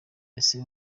ese